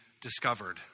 discovered